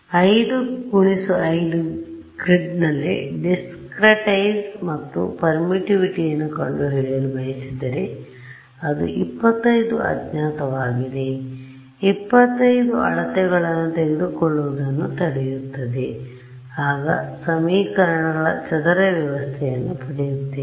5 × 5 ಗ್ರಿಡ್ನಲ್ಲಿ ಡಿಸ್ಕ್ರೆಟೈಜ್ ಮತ್ತು ಪರ್ಮಿಟಿವಿಟಿಯನ್ನು ಕಂಡುಹಿಡಿಯಲು ಬಯಸಿದರೆ ಅದು 25 ಅಜ್ಞಾತವಾಗಿದೆ ಅದು 25 ಅಳತೆಗಳನ್ನು ತೆಗೆದುಕೊಳ್ಳುವುದನ್ನು ತಡೆಯುತ್ತದೆ ಆಗ ಸಮೀಕರಣಗಳ ಚದರ ವ್ಯವಸ್ಥೆಯನ್ನು ಪಡೆಯುತ್ತೇವೆ